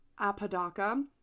Apodaca